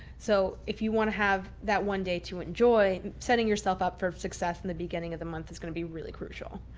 so if you want to have that one day to enjoy, setting yourself up for success in the beginning of the month is going to be really crucial.